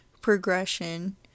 progression